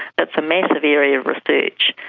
it's a massive area of research,